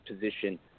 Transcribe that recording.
position